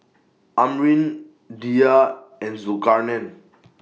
Amrin Dhia and Zulkarnain